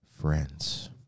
friends